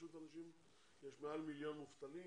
פשוט יש מעל מיליון מובטלים.